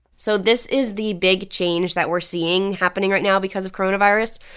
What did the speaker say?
so this is the big change that we're seeing happening right now because of coronavirus.